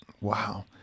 Wow